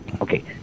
Okay